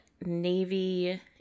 Navy